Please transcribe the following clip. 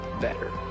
better